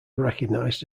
recognized